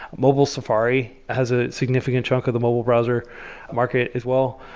mobile safari has a significant chunk of the mobile browser market as well,